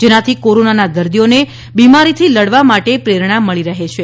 જેનાથી કોરોનાના દર્દીઓને બીમારીથી લડવા માટે પ્રેરણા મળી રહી છે